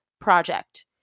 project